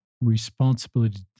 responsibility